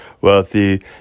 wealthy